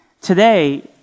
Today